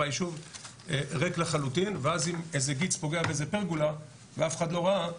הישוב ריק לחלוטין ואז אם איזה גיץ פוגע באיזה פרגולה ואף אחד לא ראה,